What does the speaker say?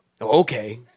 okay